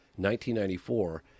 1994